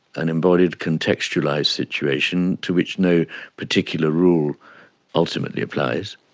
an embodied contextualised situation to which no particular rule ultimately applies.